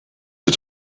its